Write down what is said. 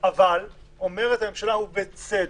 אבל אומרת הממשלה, ובצדק,